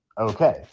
okay